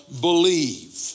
believe